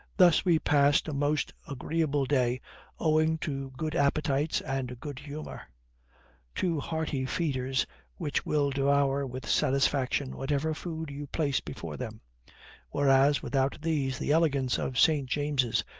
thus we passed a most agreeable day owing to good appetites and good humor two hearty feeders which will devour with satisfaction whatever food you place before them whereas, without these, the elegance of st. james's,